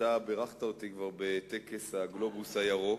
אתה בירכת אותי כבר בטקס "הגלובוס הירוק",